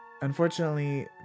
unfortunately